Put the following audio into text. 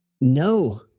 No